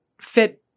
fit